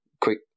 quick